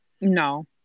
no